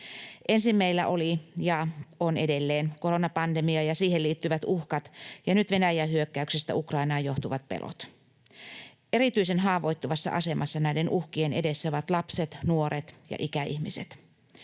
Ensin meillä oli, ja on edelleen, koronapandemia ja siihen liittyvät uhkat ja nyt Venäjän hyökkäyksestä Ukrainaan johtuvat pelot. Erityisen haavoittuvassa asemassa näiden uhkien edessä ovat lapset, nuoret ja ikäihmiset.